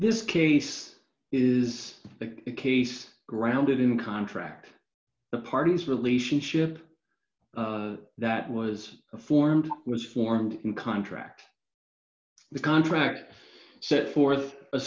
this case is that case grounded in contract the parties relationship that was formed was formed in contract the contract set forth a